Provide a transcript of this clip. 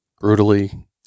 brutally